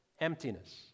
emptiness